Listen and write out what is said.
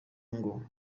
ngo